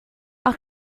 our